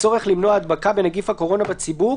לצורך למנוע הדבקה בנגיף הקורונה בציבור"